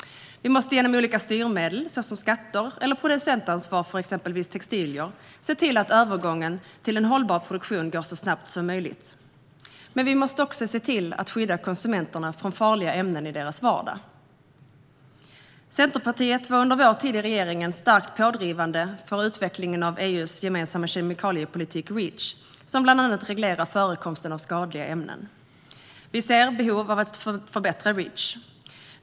Vi måste genom olika styrmedel, såsom skatter eller producentansvar för exempelvis textilier, se till att övergången till en hållbar produktion går så snabbt som möjligt. Vi måste också se till att skydda konsumenterna från farliga ämnen i deras vardag. Centerpartiet var under sin tid i regeringen starkt pådrivande för utvecklingen av EU:s gemensamma kemikaliepolitik, Reach, som bland annat reglerar förekomsten av skadliga ämnen. Vi ser behov av att förbättra Reach.